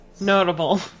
notable